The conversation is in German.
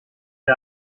der